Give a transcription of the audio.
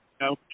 No